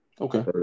Okay